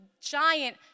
giant